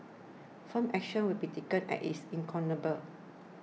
firm action will be taken at he is incorrigible